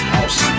House